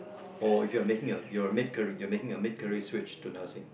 or if you're making a you're make a you're making a mid career switch to nursing